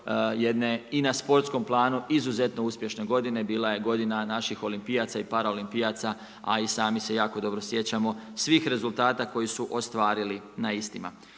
jedne i na sportskom planu izuzetno uspješne godine, bila je godina naših olimpijaca i paraolimpijaca a i sami se jako dobro sjećamo svih rezultata koji su ostvarili na istima.